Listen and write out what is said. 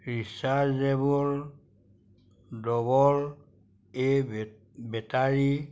rechargeable double a battery